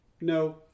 No